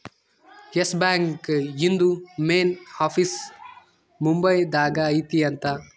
S Bank ಇಂದು main office Mumbai ದಾಗ ಐತಿ ಅಂತ